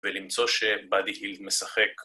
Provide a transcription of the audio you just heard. ולמצוא שבאדי הילד משחק.